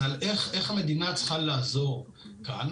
זה על איך המדינה צריכה לעזור כאן.